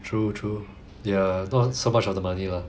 true true ya not so much of the money lah